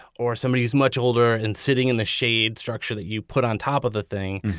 or somebody who's much older and sitting in the shade structure that you put on top of the thing,